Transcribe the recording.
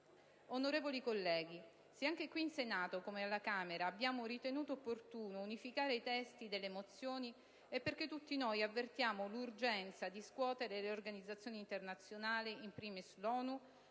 Onorevoli colleghi, se anche qui in Senato, come alla Camera, abbiamo ritenuto opportuno unificare i testi delle mozioni è perché tutti noi avvertiamo l'urgenza di scuotere le organizzazioni internazionali - *in primis* l'ONU